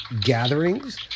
gatherings